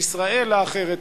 בישראל האחרת,